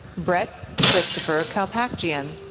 brett christopher kalpakjian,